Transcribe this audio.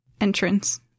entrance